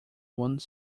one